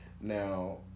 Now